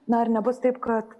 na ar nebus taip kad